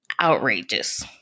outrageous